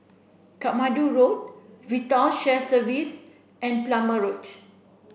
Katmandu Road VITAL Shared Services and Plumer Road